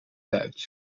duits